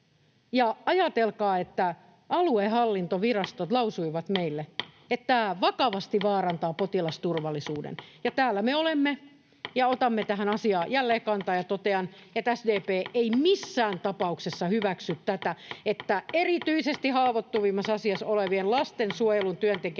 ajatelkaa, että aluehallintovirastot lausuivat meille, että tämä vakavasti vaarantaa potilasturvallisuuden, ja täällä me olemme ja otamme tähän asiaan jälleen kantaa. Totean, että SDP ei missään tapauksessa hyväksy tätä, että erityisesti haavoittuvimmassa asemassa olevien lastensuojelun työntekijät